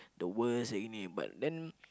the worst at it but then